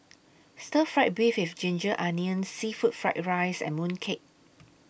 Stir Fry Beef with Ginger Onions Seafood Fried Rice and Mooncake